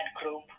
group